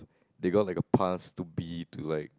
they got like a pass to B to like